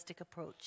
approach